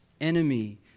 enemy